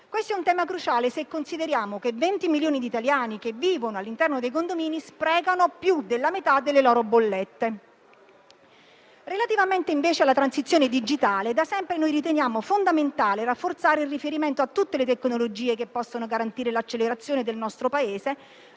Questo è un tema cruciale, se consideriamo che 20 milioni di italiani che vivono all'interno dei condomini sprecano più della metà delle loro bollette. Relativamente invece alla transizione digitale, da sempre riteniamo fondamentale rafforzare il riferimento a tutte le tecnologie che possono garantire l'accelerazione del nostro Paese